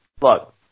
look